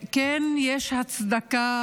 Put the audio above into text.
כן, יש הצדקה